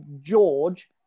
George